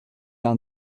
down